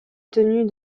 tenue